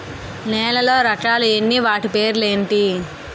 నేలలో రకాలు ఎన్ని వాటి పేర్లు ఏంటి?